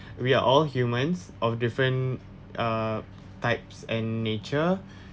we are all humans of different uh types and nature